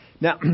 Now